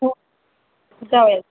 हो जाऊयात